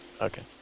Okay